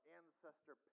ancestor